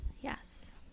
Yes